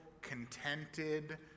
contented